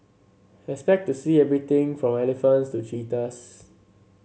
expect to see everything from elephants to cheetahs